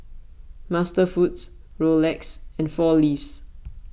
MasterFoods Rolex and four Leaves